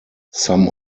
some